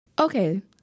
Okay